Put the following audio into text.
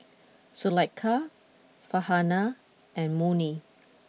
Zulaikha Farhanah and Murni